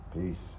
Peace